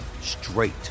straight